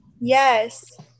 Yes